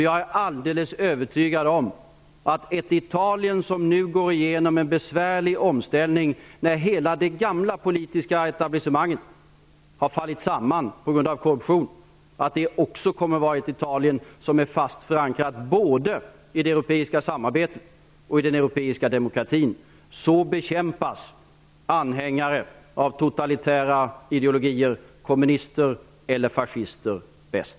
Jag är alldeles övertygad om att ett Italien som nu går igenom en besvärlig omställning när hela det gamla politiska etablissemanget har fallit samman på grund av korruption också kommer att vara ett Italien som är fast förankrat både i det europiska samarbetet och i den europeiska demokratin. Så bekämpas anhängare av totalitära ideologier -- kommunister eller fascister -- bäst.